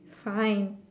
fine